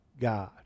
God